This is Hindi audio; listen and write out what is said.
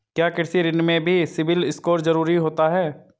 क्या कृषि ऋण में भी सिबिल स्कोर जरूरी होता है?